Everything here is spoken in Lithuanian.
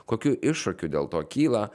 kokių iššūkių dėl to kyla